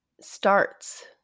starts